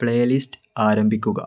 playlist ആരംഭിക്കുക